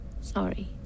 Sorry